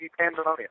Pandemonium